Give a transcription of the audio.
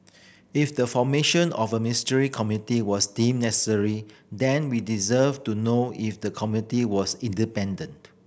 if the formation of a Ministerial Committee was deemed necessary then we deserve to know if the committee was independent